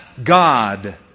God